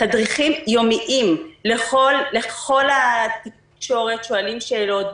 תדריכים יומיים לכל התקשורת, שואלים שאלות.